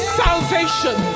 salvation